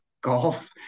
golf